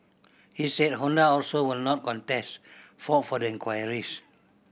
he said Honda also will not contest fault for the inquires